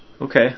Okay